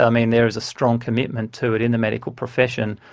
i mean, there is a strong commitment to it in the medical profession,